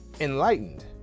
enlightened